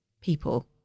people